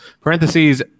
parentheses